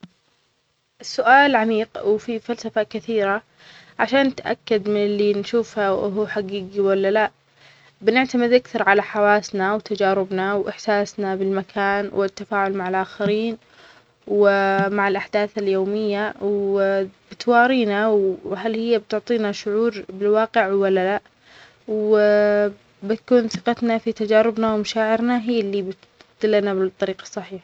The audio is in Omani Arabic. تساؤل هذا قديم، لكن ما في طريقة مؤكدة نقدر نعرف فيها إذا كنا عايشين في محاكاة. بس، إذا توقفنا وفكرنا في تفاصيل حياتنا، مثل الإحساس بالأشياء، والتفاعل مع الناس، والتجارب الحقيقية، راح نشعر أن الواقع واقعي. التفسير المنطقي هو أن إحساسنا بالحياة هو دليل على الحقيقة.